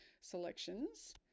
selections